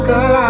Girl